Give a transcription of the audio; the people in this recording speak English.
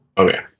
Okay